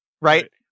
right